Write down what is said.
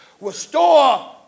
restore